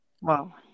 Wow